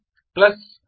D